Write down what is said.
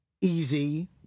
easy